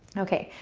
okay.